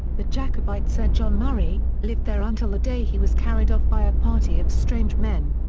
the jacobite sir john murray, lived there until the day he was carried off by a party of strange men.